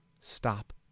stop